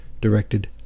directed